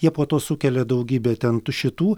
jie po to sukelia daugybę ten tų šitų